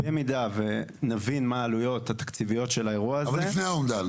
במידה ונבין מה העלויות התקציביות של האירוע הזה --- אבל לפני האומדן,